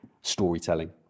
storytelling